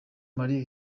marie